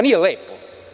Nije lepo.